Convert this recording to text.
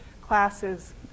classes